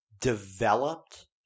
developed